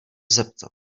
zeptat